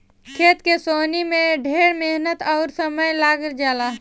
खेत के सोहनी में ढेर मेहनत अउर समय लाग जला